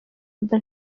mba